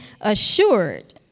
assured